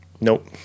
Nope